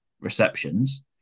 receptions